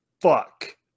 Fuck